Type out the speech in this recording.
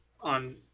on